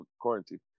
quarantine